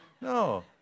No